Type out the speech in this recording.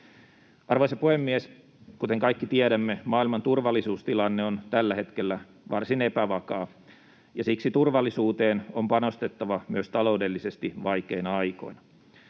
Arvoisa puhemies! Kuten kaikki tiedämme, maailman turvallisuustilanne on tällä hetkellä varsin epävakaa, ja siksi turvallisuuteen on panostettava myös taloudellisesti vaikeina aikoina.